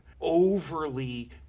overly